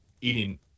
eating